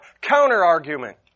counter-argument